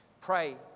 Pray